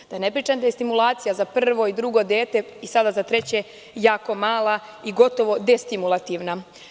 Dakle, da ne pričam da je stimulacija za prvo i drugo dete, i sada za treće, jako mala i gotovo destimulativna.